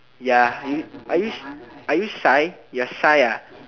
ya you are you are you shy you're shy ah